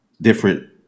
different